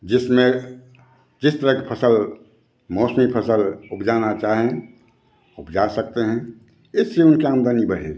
जिसमें जिस तरह की फसल मौसमी फसल उपजाना चाहें उपजा सकते हैं इससे उनकी आमदनी बढ़ेगी